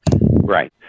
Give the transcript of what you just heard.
Right